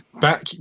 back